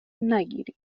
نگیرید